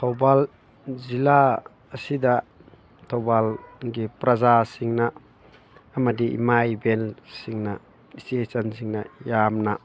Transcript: ꯊꯧꯕꯥꯜ ꯖꯤꯜꯂꯥ ꯑꯁꯤꯗ ꯊꯧꯕꯥꯜꯒꯤ ꯄ꯭ꯔꯖꯥꯁꯤꯡꯅ ꯑꯃꯗꯤ ꯏꯃꯥ ꯏꯕꯦꯜꯁꯤꯡꯅ ꯏꯆꯦ ꯏꯆꯜꯁꯤꯡꯅ ꯌꯥꯝꯅ